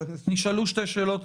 נשאלו שתי שאלות,